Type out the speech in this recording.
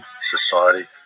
society